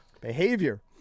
behavior